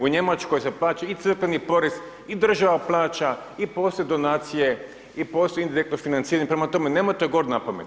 U Njemačkoj se plaća i crkveni porez i država plaća i postoje donacije i postoje indirektno financiranje, prema tome, nemojte govoriti napamet.